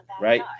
Right